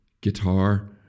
guitar